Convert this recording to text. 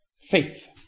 Faith